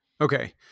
Okay